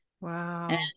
Wow